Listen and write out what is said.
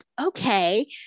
okay